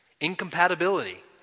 Incompatibility